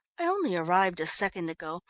i only arrived a second ago,